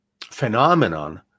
phenomenon